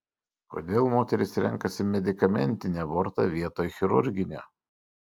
kodėl moterys renkasi medikamentinį abortą vietoj chirurginio